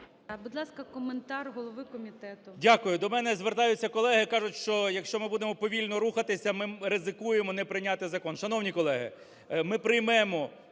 Будь ласка, коментар голови комітету. 13:21:03 КНЯЖИЦЬКИЙ М.Л. Дякую. До мене звертаються колеги і кажуть, що якщо ми будемо повільно рухатися, ми ризикуємо не прийняти закон. Шановні колеги, ми приймемо,